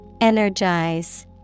Energize